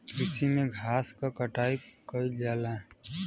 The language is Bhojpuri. कृषि में घास क कटाई कइल जाला